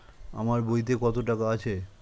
আমার বইতে কত টাকা আছে?